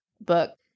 book